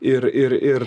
ir ir ir